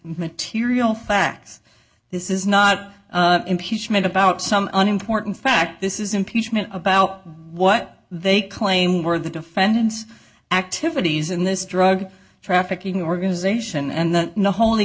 material facts this is not impeachment about some unimportant fact this is impeachment about what they claim were the defendants activities in this drug trafficking organization and the whol